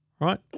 right